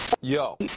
Yo